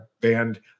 banned